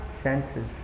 senses